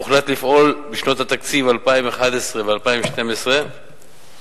הוחלט לפעול בשנות התקציב 2011 ו-2012 בהתאם